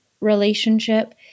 relationship